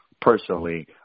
Personally